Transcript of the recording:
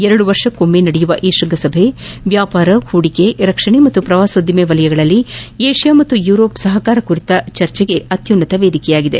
ಎರಡು ವರ್ಷಗಳಿಗೊಮ್ನೆ ನಡೆಯುವ ಈ ಶೃಂಗಸಭೆ ವ್ಯಾಪಾರ ಹೂಡಿಕೆ ರಕ್ಷಣೆ ಮತ್ತು ಪ್ರವಾಸೋದ್ಯಮ ವಲಯಗಳಲ್ಲಿ ಏಷ್ಯಾ ಮತ್ತು ಯೂರೋಪ್ ಸಹಕಾರ ಕುರಿತ ಚರ್ಚೆಗೆ ಅತ್ಯುನ್ನತ ವೇದಿಕೆಯಾಗಿದೆ